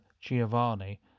giovanni